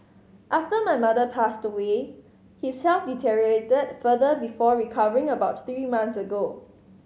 after my mother passed away his health deteriorated further before recovering about three months ago